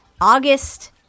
August